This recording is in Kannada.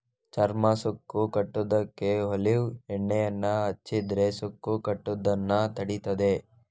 ಚರ್ಮ ಸುಕ್ಕು ಕಟ್ಟುದಕ್ಕೆ ಒಲೀವ್ ಎಣ್ಣೆಯನ್ನ ಹಚ್ಚಿದ್ರೆ ಸುಕ್ಕು ಕಟ್ಟುದನ್ನ ತಡೀತದೆ